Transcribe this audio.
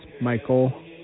Michael